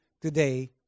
today